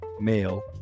male